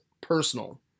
personal